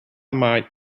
might